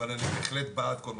אבל אני בהחלט בעד כל מה ש